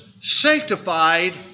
sanctified